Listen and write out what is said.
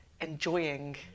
enjoying